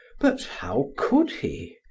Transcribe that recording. but how could he?